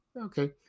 Okay